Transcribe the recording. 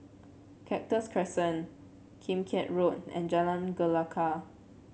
Cactus Crescent Kim Keat Road and Jalan Gelegar